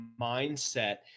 mindset